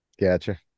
Gotcha